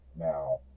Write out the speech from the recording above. Now